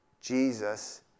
Jesus